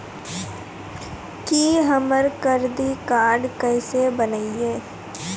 की हमर credit card केसे बनिये?